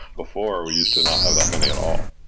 before, we used to not have that many at all.